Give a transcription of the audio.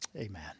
Amen